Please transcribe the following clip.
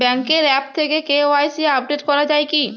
ব্যাঙ্কের আ্যপ থেকে KYC update করা যায় কি?